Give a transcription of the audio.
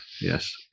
Yes